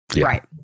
Right